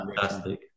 fantastic